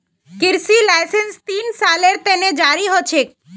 कृषि लाइसेंस तीन सालेर त न जारी ह छेक